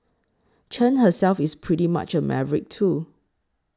Chen herself is pretty much a maverick too